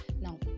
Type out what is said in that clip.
Now